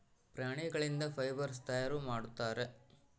ಪ್ರಾಣಿಗಳಿಂದ ಫೈಬರ್ಸ್ ತಯಾರು ಮಾಡುತ್ತಾರೆ